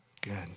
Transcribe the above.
Good